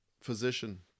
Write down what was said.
physician